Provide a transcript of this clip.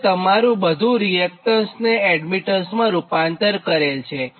અને તમારું બધાં રીએક્ટન્સને એડમીટન્સમાં રૂપાંતરિત કરેલ છે